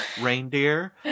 reindeer